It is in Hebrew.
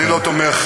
אני לא תומך,